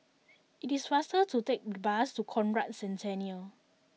it is faster to take the bus to Conrad Centennial